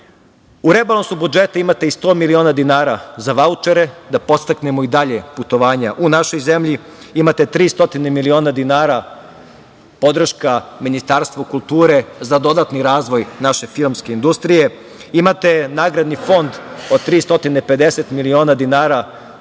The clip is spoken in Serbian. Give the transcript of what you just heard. rebalansu budžeta imate 100 miliona dinara za vaučere, da podstaknemo i dalje putovanja u našoj zemlji. Imate 300 miliona dinara podrška Ministarstvu kulture za dodatni razvoj naše filmske industrije. Imate nagradni fond od 350 miliona dinara